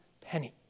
penny